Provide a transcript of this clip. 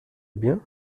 bien